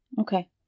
Okay